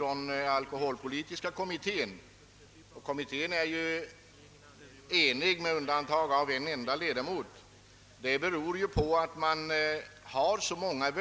Att alkoholpolitiska kommittén — inom vilken alla ledamöter utom en varit eniga på denna punkt — begärt en sådan försöksverksamhet som det här gäller, beror på att man har så många